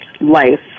life